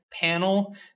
panel